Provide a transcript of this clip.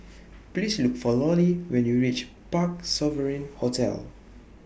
Please Look For Lollie when YOU REACH Parc Sovereign Hotel